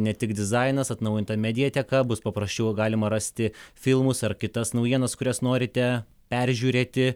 ne tik dizainas atnaujinta mediateka bus paprasčiau galima rasti filmus ar kitas naujienas kurias norite peržiūrėti